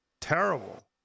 terrible